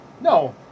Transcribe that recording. No